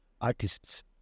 artists